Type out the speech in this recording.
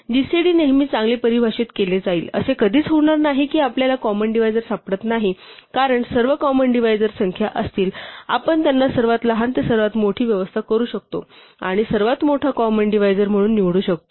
GCD नेहमी चांगले परिभाषित केले जाईल असे कधीच होणार नाही की आपल्याला कॉमन डिव्हायजर सापडत नाही आणि कारण सर्व कॉमन डिव्हायजर संख्या असतील आपण त्यांना सर्वात लहान ते सर्वात मोठी व्यवस्था करू शकतो आणि सर्वात मोठा कॉमन डिव्हायजर म्हणून निवडू शकतो